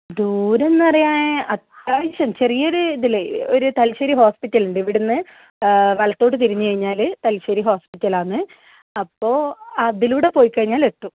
ദൂരം എന്ന് പറയാൻ അത്യാവശ്യം ചെറിയ ഒരു ഇതിൽ ഒരു തലശ്ശേരി ഹോസ്പിറ്റൽ ഉണ്ട് ഇവിടുന്നു വലത്തോട്ട് തിരിഞ്ഞ് കഴിഞ്ഞാല് തലശ്ശേരി ഹോസ്പിറ്റൽ ആണ് അപ്പോൾ അതിലൂടെ പോയി കഴിഞ്ഞാൽ എത്തും